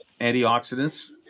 antioxidants